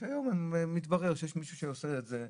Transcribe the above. שהיום מתברר שיש מישהו שעושה את זה.